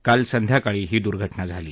काल संध्याकाळी ही दुर्घटना झाली